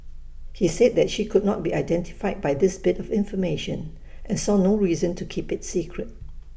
he said that she could not be identified by this bit of information and saw no reason to keep IT secret